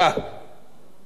החובות שנפרסו